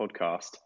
podcast